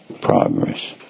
progress